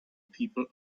people